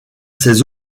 ces